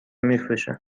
میفروشه